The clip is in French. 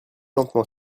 lentement